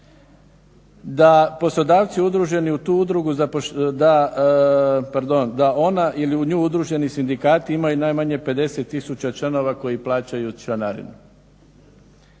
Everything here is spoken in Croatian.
Da poslodavci udruženi u tu udrugu, pardon da ona ili u nju udruženi sindikati imaju najmanje 50 tisuća članova koji plaćaju članarinu.